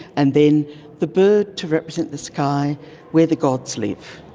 and then the bird to represent the sky where the gods live.